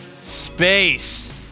Space